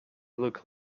looked